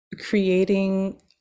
creating